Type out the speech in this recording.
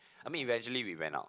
I mean eventually we went out